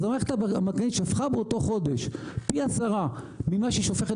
המערכת הבנקאית שפכה באותו חודש פי עשרה ממה שהיא שופכת